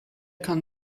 kann